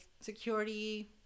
security